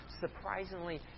surprisingly